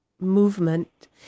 movement